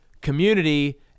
community